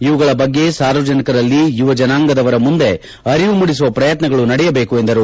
ಇವುಗಳ ಬಗ್ಗೆ ಸಾರ್ವಜನಿಕರಲ್ಲಿ ಯುವಜನಾಂಗದವರ ಮುಂದೆ ಅರಿವು ಮೂಡಿಸುವ ಪ್ರಯತ್ನಗಳು ನಡೆಯಬೇಕು ಎಂದರು